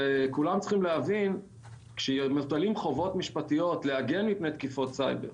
שכולם צריכים להבין שמוטלות חובות משפטיות להגן מפני תקיפות סייבר,